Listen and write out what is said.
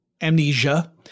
amnesia